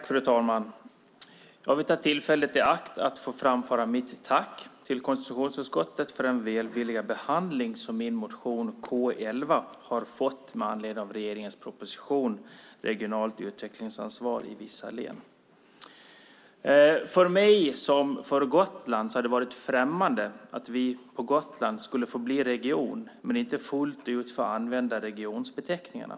Fru talman! Jag vill ta tillfället i akt att få framföra mitt tack till konstitutionsutskottet för den välvilliga behandling som min motion K11 har fått med anledning av regeringens proposition Regionalt utvecklingsansvar i vissa län . För mig som för Gotland har det varit främmande att vi på Gotland skulle få bli region men inte fullt ut få använda regionbeteckningarna.